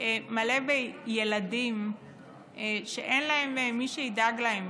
מלא בילדים שאין להם מי שידאג להם,